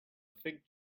fig